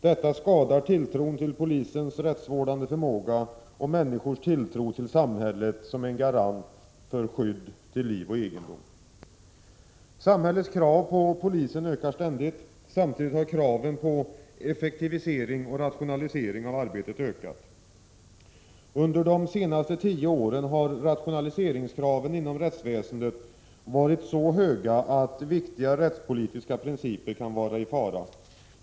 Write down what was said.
Detta skadar tilltron till polisens rättsvårdande förmåga och människors tilltro till samhället som en garant för skydd till liv och egendom. Samhällets krav på polisen ökar ständigt. Samtidigt har kraven på effektivisering och rationalisering av arbetet ökat. Under de senaste tio åren har rationaliseringskraven inom rättsväsendet varit så höga att viktiga rättspolitiska principer kan vara i fara.